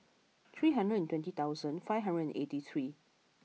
three hundred and twenty thousand five hundred and eighty three